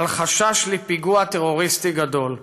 על חשש לפיגוע טרור גדול.